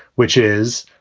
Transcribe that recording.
which is,